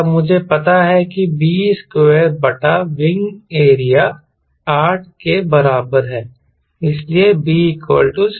तब मुझे पता है कि b स्क्वायर बटा विंग एरिया 8 के बराबर है